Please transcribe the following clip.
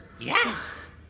Yes